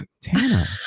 Tana